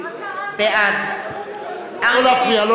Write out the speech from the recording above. לא להפריע.